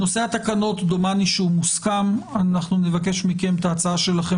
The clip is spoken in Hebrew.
נושא התקנות דומני שהוא מוסכם נבקש מכם את ההצעה שלכם